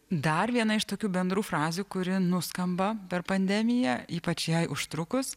dar viena iš tokių bendrų frazių kuri nuskamba per pandemiją ypač jai užtrukus